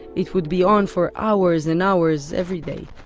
it would be on for hours and hours, every day